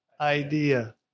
idea